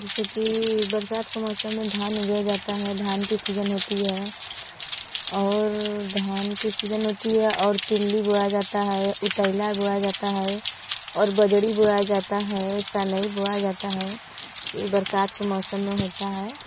जैसे कि बरसात के मौसम में धान उगाया जाता है धान की सीजन होती है और धान की सीजन होती है और तिल्ली बोया जाता है उतैला बोया जाता है और बजड़ी बोया जाता है सनई बोया जाता है ई बरसात के मौसम में होता है